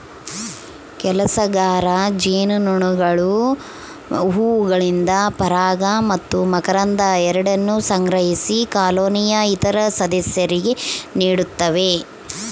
ಕೆಲಸಗಾರ ಜೇನುನೊಣಗಳು ಹೂವುಗಳಿಂದ ಪರಾಗ ಮತ್ತು ಮಕರಂದ ಎರಡನ್ನೂ ಸಂಗ್ರಹಿಸಿ ಕಾಲೋನಿಯ ಇತರ ಸದಸ್ಯರಿಗೆ ನೀಡುತ್ತವೆ